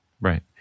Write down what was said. Right